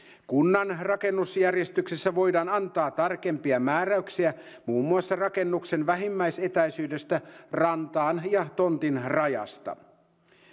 kunnan rakennusjärjestyksessä voidaan antaa tarkempia määräyksiä muun muassa rakennuksen vähimmäisetäisyydestä rantaan ja tontin rajasta